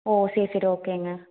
ஓ சரி சரி ஓகேங்க